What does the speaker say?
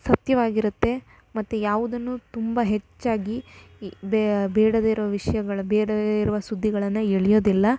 ಸತ್ಯವಾಗಿರುತ್ತೆ ಮತ್ತು ಯಾವುದನ್ನೂ ತುಂಬ ಹೆಚ್ಚಾಗಿ ಈ ಬೇಡದೇ ಇರೋ ವಿಷ್ಯಗಳು ಬೇಡದೇ ಇರುವ ಸುದ್ದಿಗಳನ್ನು ಎಳೆಯೋದಿಲ್ಲ